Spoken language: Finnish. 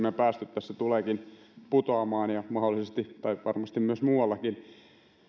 meidän päästöt tässä tulevatkin putoamaan ja varmasti myös muuallakin koronakriisi